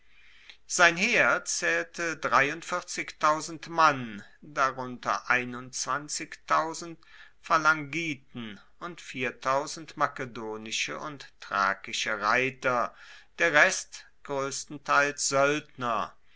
sein heer zaehlte mann darunter phalangiten und makedonische und thrakische reiter der rest groesstenteils